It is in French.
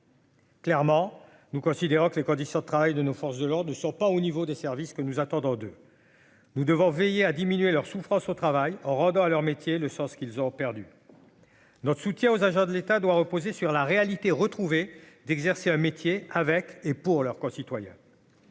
Clairement, nous considérons que les conditions de travail de nos forces de l'Ordre ne sont pas au niveau des services que nous attendons de nous devons veiller à diminuer leur souffrance au travail à leur métier, le sens qu'ils ont perdu notre soutien aux agents de l'État doit reposer sur la réalité retrouvée d'exercer un métier avec et pour leurs concitoyens.